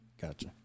gotcha